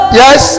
yes